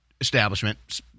establishment